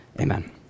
amen